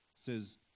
says